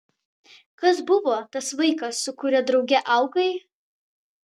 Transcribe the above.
kas buvo tas vaikas su kuriuo drauge augai